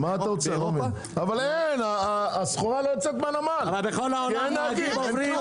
אבל הסחורה לא יוצאת מהנמל, כי אין נהגים.